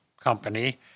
company